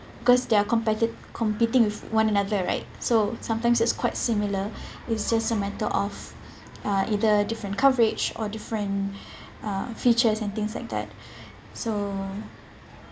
because they are compet~ competing with one another right so sometimes it's quite similar it's just matter of uh either different coverage or different uh features and things like that so